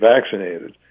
vaccinated